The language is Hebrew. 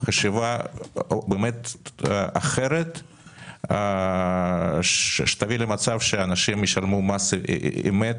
חשיבה אחרת שתביא למצב שאנשים ישלמו מס אמת